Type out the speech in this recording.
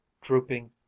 drooping